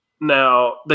Now